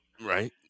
Right